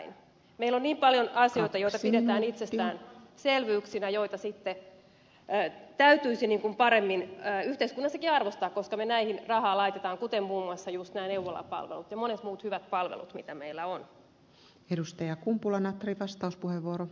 meillä on niin paljon asioita joita pidetään itsestäänselvyyksinä ja joita sitten täytyisi ikään kuin paremmin yhteiskunnassakin arvostaa koska me laitamme näihin rahaa kuten muun muassa just nämä neuvolapalvelut ja monet muut hyvät palvelut mitä meillä on